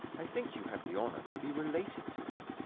i think you have the honour to be related to him.